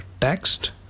text